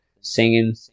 singing